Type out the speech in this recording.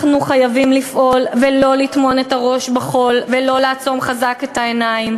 אנחנו חייבים לפעול ולא לטמון את הראש בחול ולא לעצום חזק את העיניים,